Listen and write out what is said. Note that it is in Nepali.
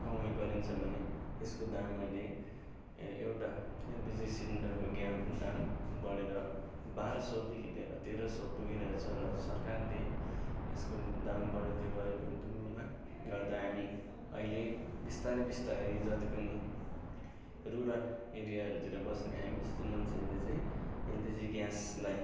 कमाइ गरिन्छ भने यसको दाम अहिले एउटा एलपिजी सिलिन्डरको ग्यास दाम बढेर बाह्र सौदेखि लिएर तेह्र सौ पुगिरहेको छ र सरकारले यसको दाम बढाउँदै गइरहेको तुलनामा गर्दा हामी अहिले बिस्तारी बिस्तारी जति पनि रुरल एरियाहरूतिर बस्ने हामी जस्तो मान्छेहरूले चाहिँ एलपिजी ग्यासलाई